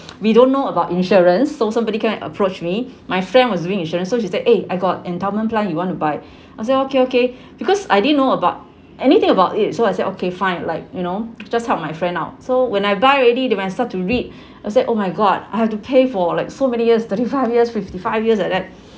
we don't know about insurance so somebody come and approach me my friend was doing insurance so she said eh I got endowment plan you want to buy I said okay okay because I didn't know about anything about it so I said okay fine like you know just help my friend out so when I buy already then when I start to read I said oh my god I have to pay for like so many years thirty five years fifty five years like that